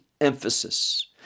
emphasis